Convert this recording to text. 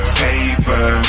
paper